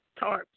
tarps